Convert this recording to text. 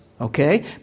okay